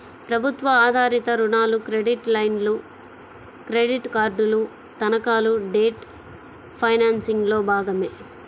ప్రభుత్వ ఆధారిత రుణాలు, క్రెడిట్ లైన్లు, క్రెడిట్ కార్డులు, తనఖాలు డెట్ ఫైనాన్సింగ్లో భాగమే